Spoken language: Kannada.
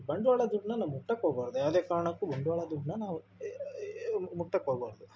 ಬಂಡವಾಳ ದುಡ್ಡನ್ನ ನಾವು ಮುಟ್ಟಕೆ ಹೋಗಬಾರ್ದು ಯಾವುದೇ ಕಾರಣಕ್ಕೂ ಬಂಡವಾಳ ದುಡ್ಡನ್ನ ನಾವು ಮುಟ್ಟಕೆ ಹೋಗಬಾರ್ದು